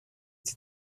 die